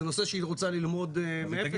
זה נושא שהיא רוצה ללמוד מאפס.